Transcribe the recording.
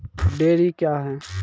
Dairy क्या हैं?